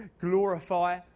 glorify